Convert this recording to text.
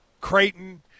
Creighton